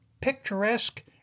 picturesque